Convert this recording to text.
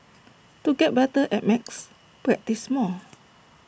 to get better at maths practise more